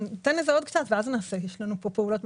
אבל ניתן לזה עוד קצת זמן ואז נעשה כי יש לנו כאן הרבה פעולות.